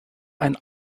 ein